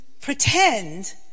pretend